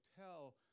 tell